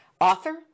author